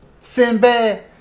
Sinbad